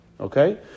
Okay